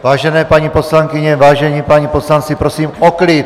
Vážené paní poslankyně, vážení páni poslanci, prosím o klid.